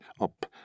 up